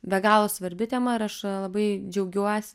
be galo svarbi tema ir aš labai džiaugiuos